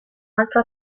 altro